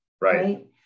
right